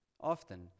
often